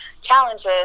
challenges